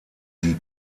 die